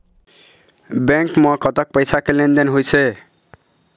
Bank म कतक पैसा के लेन देन होइस हे?